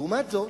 לעומת זאת,